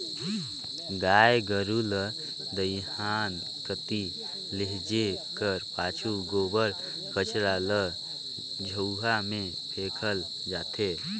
गाय गरू ल दईहान कती लेइजे कर पाछू गोबर कचरा ल झउहा मे फेकल जाथे